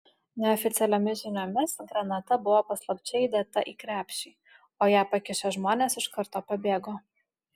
neoficialiomis žiniomis granata buvo paslapčia įdėta į krepšį o ją pakišę žmonės iš karto pabėgo